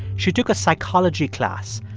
she took a psychology class.